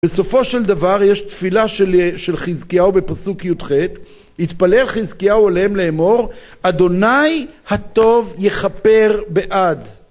בסופו של דבר, יש תפילה של חזקיהו בפסוק י"ח. התפלל חזקיהו עליהם לאמור, אדוני הטוב יכפר בעד.